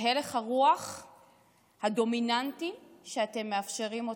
זה הלך הרוח הדומיננטי, ואתם מאפשרים אותו.